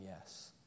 yes